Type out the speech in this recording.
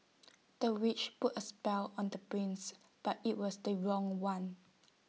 the witch put A spell on the prince but IT was the wrong one